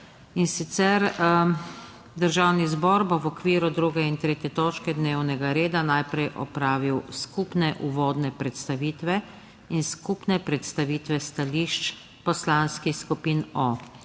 In sicer, Državni zbor bo v okviru druge in tretje točke dnevnega reda najprej opravil skupne uvodne predstavitve in skupne predstavitve stališč poslanskih skupin o